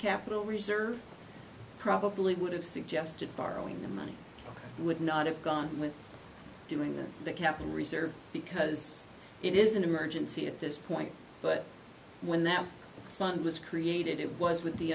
capital reserve probably would have suggested borrowing the money would not have gone with doing the capital reserve because it is an emergency at this point but when that fund was created it was with the